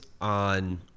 on